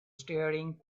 staring